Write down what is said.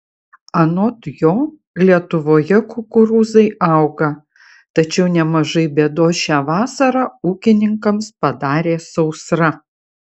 anot jo lietuvoje kukurūzai auga tačiau nemažai bėdos šią vasarą ūkininkams padarė sausra